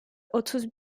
otuz